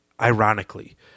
ironically